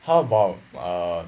how about err